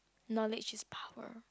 knowledge is power